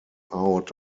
out